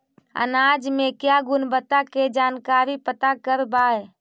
अनाज मे क्या गुणवत्ता के जानकारी पता करबाय?